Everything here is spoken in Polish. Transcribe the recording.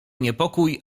niepokój